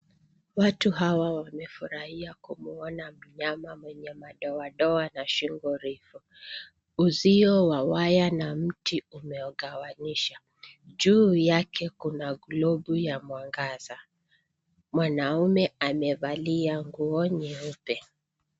Watu hawa wamefurahia kumwona mnyama mwenye madoadoa na shingo refu. Uzio wa waya na mti umewagawanyisha. Juu yake kuna globu ya mwangaza. Mwanaume amevalia nguo nyeupe.